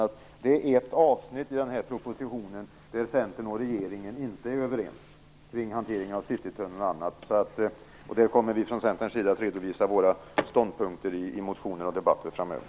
Centern och regeringen är inte överens om det avsnitt i propositionen som bl.a. gäller hanteringen av citytunneln. Vi kommer från Centerns sida att redovisa våra ståndpunkter i motioner och debatter framöver.